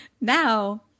now